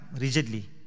rigidly